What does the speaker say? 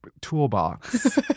toolbox